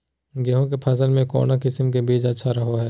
गेहूँ के फसल में कौन किसम के बीज अच्छा रहो हय?